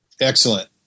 Excellent